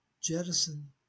jettison